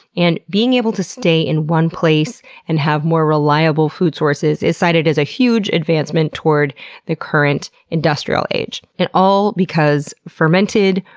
and being able to stay in one place and have more reliable food sources is cited as a huge advancement toward the current, industrial age. and all because fermented,